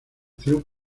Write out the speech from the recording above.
club